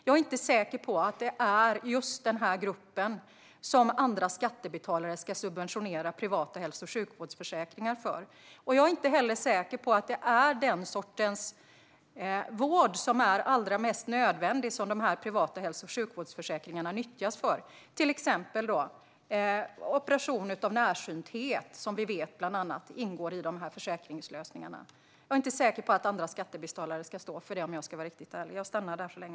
Jag är inte säker på att det är just den här gruppen som andra skattebetalare ska subventionera privata hälso och sjukvårdsförsäkringar för. Jag är inte heller säker på att de här privata hälso och sjukvårdsförsäkringarna nyttjas för den sorts vård som är allra mest nödvändig. Till exempel vet vi att bland annat operation av närsynthet ingår i de här försäkringslösningarna. Jag är inte säker på att andra skattebetalare ska stå för det, om jag ska vara riktigt ärlig.